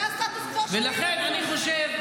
זה מה שאני מבינה.